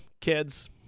kids